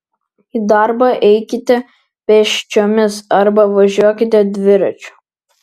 į darbą eikite pėsčiomis arba važiuokite dviračiu